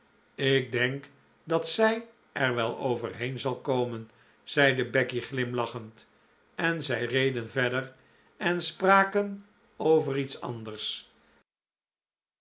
ik denk dat zij er wel overheen zal komen zeide becky glimlachend en zij reden verder en spraken over iets anders